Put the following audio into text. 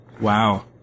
Wow